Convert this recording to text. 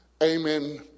Amen